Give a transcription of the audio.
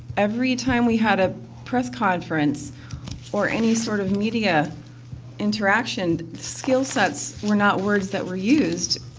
every time we had a press conference or any sort of media interaction, skill sets were not words that were used,